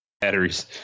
Batteries